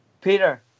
Peter